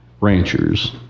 ranchers